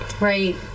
right